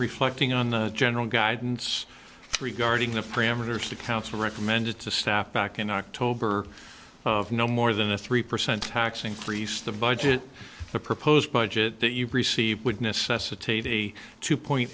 reflecting on the general guidance regarding the parameters the council recommended to staff back in october of no more than a three percent tax increase the budget the proposed budget that you receive would necessitate a two point